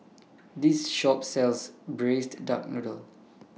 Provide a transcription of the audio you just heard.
This Shop sells Braised Duck Noodle